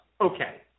okay